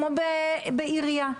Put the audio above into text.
כמו הבחירות לעירייה.